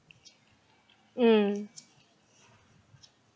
mm